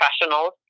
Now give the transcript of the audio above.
professionals